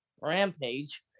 Rampage